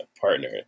partner